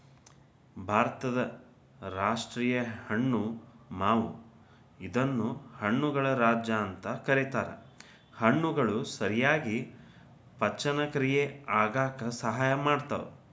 ಭಾರತದ ರಾಷ್ಟೇಯ ಹಣ್ಣು ಮಾವು ಇದನ್ನ ಹಣ್ಣುಗಳ ರಾಜ ಅಂತ ಕರೇತಾರ, ಹಣ್ಣುಗಳು ಸರಿಯಾಗಿ ಪಚನಕ್ರಿಯೆ ಆಗಾಕ ಸಹಾಯ ಮಾಡ್ತಾವ